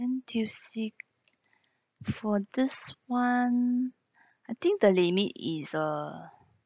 N_T_U_C for this [one] I think the limit is a